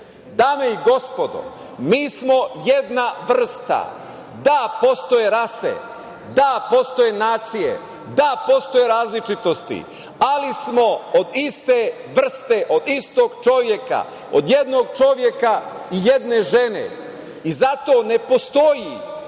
Dame i gospodo, mi smo jedna vrsta. Da, postoje rase, da postoje nacije, da postoje različitosti, ali smo od iste vrste, od istog čoveka, od jednog čoveka i jedne žene. Zato ne postoji